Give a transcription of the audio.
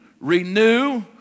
renew